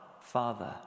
Father